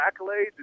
accolades